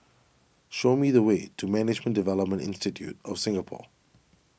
show me the way to Management Development Institute of Singapore